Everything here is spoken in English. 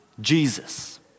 Jesus